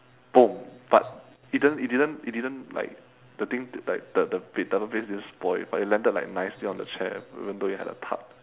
boom but it didn't it didn't it didn't like the thing like the the ba~ double bass didn't spoil but it landed like nicely on the chair even though it had a thud